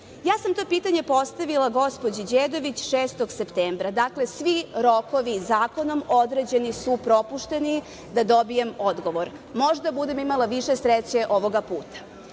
sam to pitanje postavila gospođi Đedović 6. septembra. Dakle, svi rokovi zakonom određeni su propušteni da dobijem odgovor. Možda budem imala više sreće ovoga puta.Za